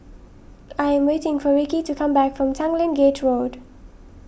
I am waiting for Rickey to come back from Tanglin Gate Road